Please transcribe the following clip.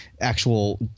actual